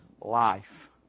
life